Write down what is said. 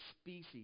species